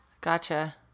gotcha